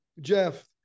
Jeff